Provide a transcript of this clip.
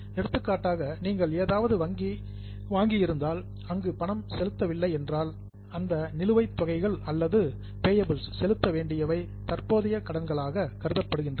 எடுத்துக்காட்டாக நீங்கள் ஏதாவது வாங்கி இருந்தால் அதற்கு பணம் செலுத்தவில்லை என்றால் அந்த நிலுவைத் தொகைகள் அல்லது பேயபிள்ஸ் செலுத்த வேண்டியவை தற்போதைய கடன்களாக கருதப்படுகின்றன